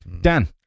Dan